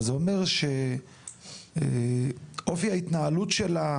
אז זה אומר שאופי ההתנהלות שלה